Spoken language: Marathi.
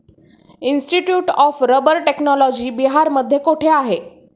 इन्स्टिट्यूट ऑफ रबर टेक्नॉलॉजी बिहारमध्ये कोठे आहे?